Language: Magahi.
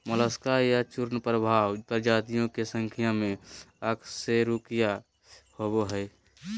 मोलस्का या चूर्णप्रावार प्रजातियों के संख्या में अकशेरूकीय होबो हइ